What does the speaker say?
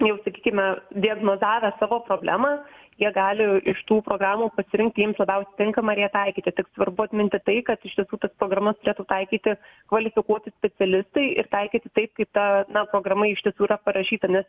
jau sakykime diagnozavę savo problemą jie gali iš tų programų pasirinkti jiems labiausiai tinkamą ir ją taikyti tik svarbu atminti tai kad iš tiesų tas programas turėtų taikyti kvalifikuoti specialistai ir taikyti taip kaip ta na programa iš tiesų yra parašyta nes